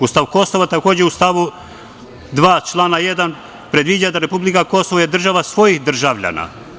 Ustav Kosova takođe u stavu 2. člana 1. predviđa da republika Kosovo je država svojih državljana.